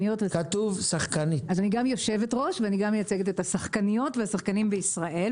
אני גם יושבת-ראש וגם מייצגת את השחקניות והשחקנים בישראל.